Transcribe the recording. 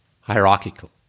hierarchical